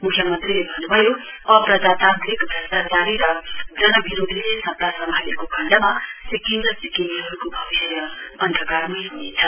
मुख्यमन्त्रीले भन्नुभयोल अप्रजातान्त्रिकभ्रस्टाचारी र जनविरोधीले सत सम्हालेको खण्डमा सिक्किम र सिक्किमेहरुको भविष्य अन्धकारमय हनेछ